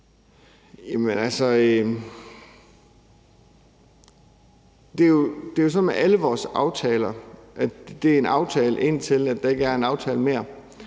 Det er jo sådan med alle vores aftaler, at der er en aftale, indtil der ikke er en aftale mere.